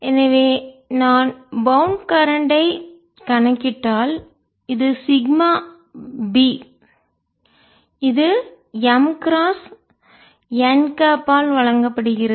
எனவே நான் bound current I கட்டுப்படுத்தப்பட்ட மின்னோட்டத்தைக் கணக்கிட்டால் இது சிக்மா B இது M கிராஸ் n கேப் ஆல் வழங்கப்படுகிறது